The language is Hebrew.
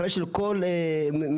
אחריות של כל הממסדים,